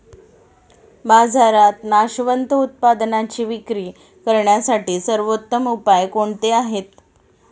बाजारात नाशवंत उत्पादनांची विक्री करण्यासाठी सर्वोत्तम उपाय कोणते आहेत?